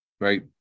right